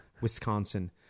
Wisconsin